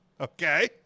Okay